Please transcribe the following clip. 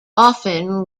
often